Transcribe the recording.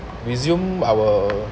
resume our